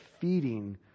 feeding